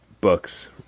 books